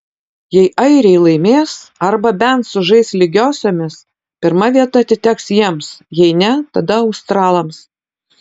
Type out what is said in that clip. jei airiai laimės arba bent sužais lygiosiomis pirma vieta atiteks jiems jei ne tada australams